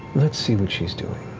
let's see what she's doing.